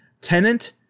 Tenant